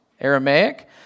Aramaic